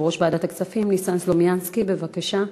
יושב-ראש ועדת הכספים ניסן סלומינסקי, בבקשה.